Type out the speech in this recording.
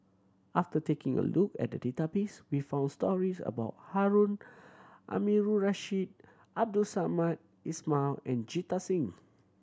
after taking a look at the database we found stories about Harun Aminurrashid Abdul Samad Ismail and Jita Singh